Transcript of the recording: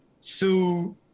Sue